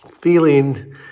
feeling